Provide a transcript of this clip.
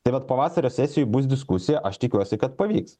tai vat pavasario sesijoj bus diskusija aš tikiuosi kad pavyks